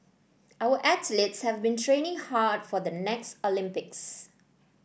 our athletes have been training hard for the next Olympics